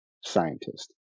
scientist